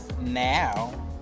now